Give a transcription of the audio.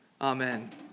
amen